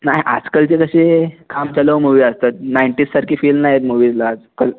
नाही आजकालचे कसे कामचलाऊ मुवी असतात नाईन्टीज सारखी फिल नाही येत मुवीजला आजकाल